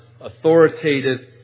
authoritative